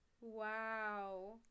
Wow